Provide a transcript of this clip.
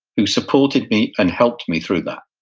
who supported me and helped me through that.